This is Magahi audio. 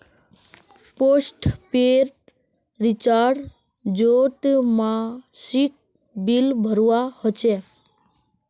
पोस्टपेड रिचार्जोत मासिक बिल भरवा होचे